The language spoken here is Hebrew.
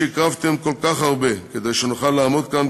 שהקרבתם כל כך הרבה כדי שנוכל לעמוד כאן,